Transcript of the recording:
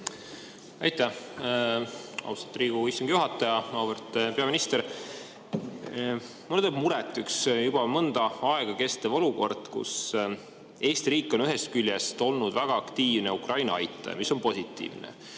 Aitäh, austatud Riigikogu istungi juhataja! Auväärt peaminister! Mulle teeb muret üks juba mõnda aega kestev olukord. Eesti riik on ühest küljest olnud väga aktiivne Ukraina aitaja ja see on positiivne.